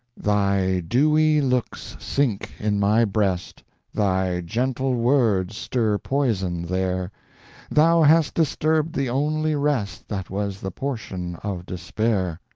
thy dewy looks sink in my breast thy gentle words stir poison there thou hast disturbed the only rest that was the portion of despair.